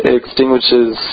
extinguishes